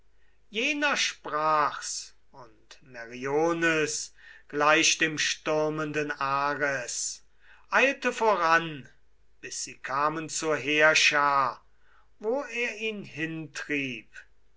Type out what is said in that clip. jener sprach's und meriones gleich dem stürmenden ares eilte voran bis sie kamen zur heerschar wo er ihn hintrieb